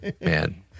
man